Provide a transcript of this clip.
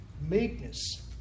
Meekness